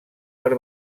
per